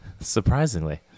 Surprisingly